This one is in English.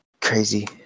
crazy